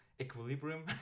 equilibrium